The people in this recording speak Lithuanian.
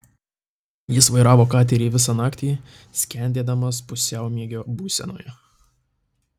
jis vairavo katerį visą naktį skendėdamas pusiaumiegio būsenoje